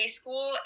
school